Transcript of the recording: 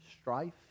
strife